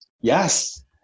Yes